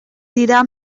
dira